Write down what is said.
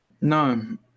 No